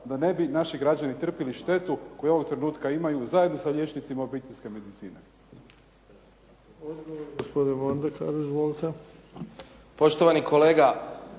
da ne bi naši građani trpjeli štetu koju ovog trenutka imaju zajedno sa liječnicima obiteljske medicine.